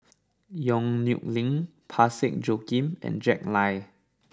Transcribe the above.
Yong Nyuk Lin Parsick Joaquim and Jack Lai